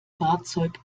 fahrzeug